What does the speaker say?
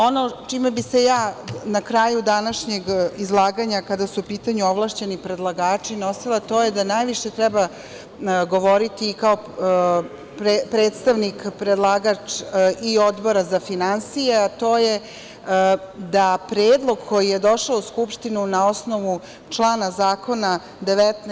Ono čime bih se ja na kraju današnjeg izlaganja kada su u pitanju ovlašćeni predlagači nosila, to je da najviše treba govoriti i kao predstavnik, predlagač i Odbora za finansije, a to je da predlog koji je došao u Skupštinu na osnovu člana zakona 19.